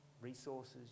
resources